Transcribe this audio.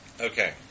Okay